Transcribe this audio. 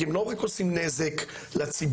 הם לא רק עושים נזק לציבור,